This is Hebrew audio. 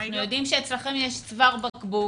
אנחנו הרי יודעים שאצלכם יש צוואר בקבוק,